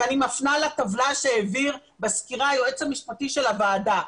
ואני מפנה לטבלה שהעביר בסקירה היועץ המשפטי של הוועדה.